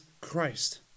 Christ